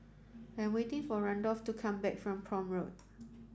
I am waiting for Randolph to come back from Prome Road